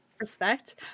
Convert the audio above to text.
Respect